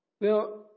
Now